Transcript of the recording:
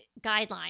guidelines